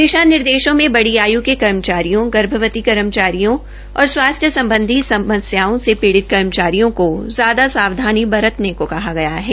दिशा निर्देशों में बड़ी आय् के कर्मचारियों गर्भवती कर्मचारियों और अन्य स्वास्थ्य सम्बधी समस्याओं से पीडिय़ कर्मचारियों को ज्यादा सावधानी बरतने को कहा गया है